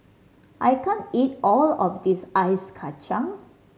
I can't eat all of this Ice Kachang